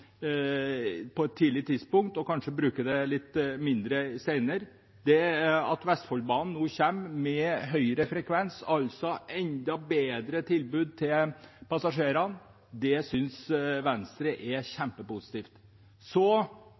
et tidlig tidspunkt og kanskje bruker litt mindre senere. Det at Vestfoldbanen nå kommer med høyere frekvens, altså et enda bedre tilbud til passasjerene, synes Venstre er kjempepositivt.